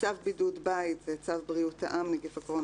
"צו בידוד בית" צו בריאות העם (נגיף הקורונה